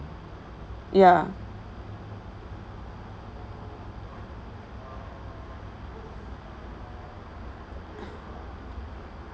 ya